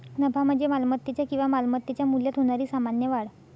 नफा म्हणजे मालमत्तेच्या किंवा मालमत्तेच्या मूल्यात होणारी सामान्य वाढ